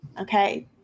Okay